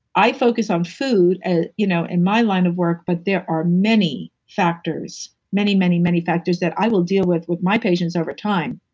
i focus on food ah you know in my line of work, but there are many factors, many, many, many factors that i will deal with with my patients over time.